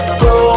go